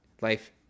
life